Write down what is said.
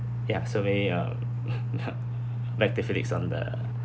ya it's a way ya back to felix on the